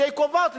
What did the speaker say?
שהיא קובעת,